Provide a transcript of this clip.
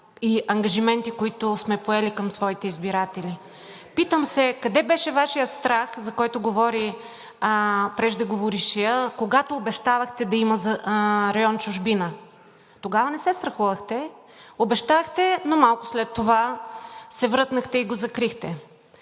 и ангажименти, които сме поели към своите избиратели. Питам се: къде беше Вашият страх, за който говори преждеговорившият, когато обещавахте да има район „Чужбина“? Тогава не се страхувахте, обещахте, но малко след това се врътнахте и го закрихте.